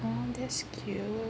oh that's cute